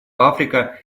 африка